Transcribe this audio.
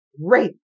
rape